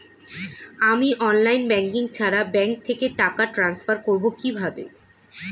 আমি online banking ছাড়া bank থেকে টাকা ট্রান্সফার করবো কিভাবে?